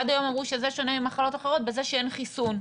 עד היום אמרו שזה שונה ממחלות אחרות בזה שאין חיסון.